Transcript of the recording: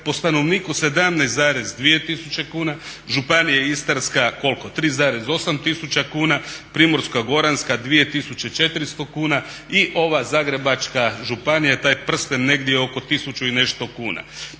po stanovniku 17,2 tisuće kuna, Županija Istarska koliko 3,8 tisuća kuna, Primorsko-goranska 2400 kuna i ova Zagrebačka županija taj prsten negdje oko 1000 i nešto kuna.